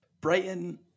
Brighton